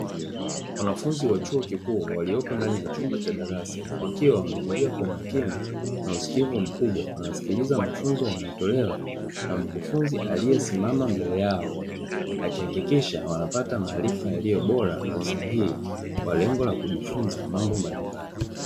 Wanafunzi wa chuo kikuu waliopo ndani ya chumba cha darasa wakiwa wametulia kwa umakini na usikivu mkubwa wanasikiliza mafunzo yanayotolewa na mkufunzi aliyesimama mbele yao, akihakikisha wanapata maarifa yaliyo bora na sahihi kwa lengo la kujifunza mambo mbalimbali.